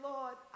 Lord